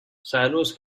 silos